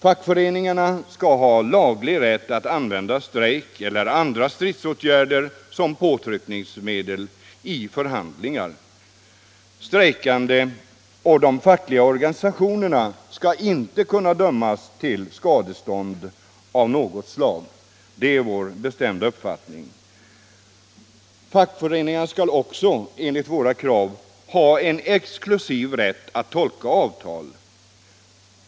Fackföreningarna skall ha laglig rätt att använda strejk eller andra stridsåtgärder som påtryckningsmedel i förhandlingar. Strejkande och fackliga organisationer skall inte kunna dömas till skadestånd av något slag — det är vår bestämda uppfattning. Fackföreningarna skall också — enligt våra krav — ha exklusiv rätt att tolka avtal.